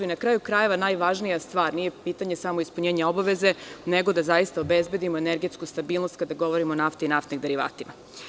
Na kraju krajeva, najvažnija stvar, nije u pitanju samo ispunjenje obaveze, nego da zaista obezbedimo energetsku stabilnost kada govorimo o nafti i naftnim derivatima.